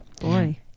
Boy